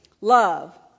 Love